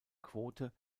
quote